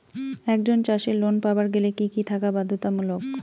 একজন চাষীর লোন পাবার গেলে কি কি থাকা বাধ্যতামূলক?